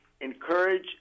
encourage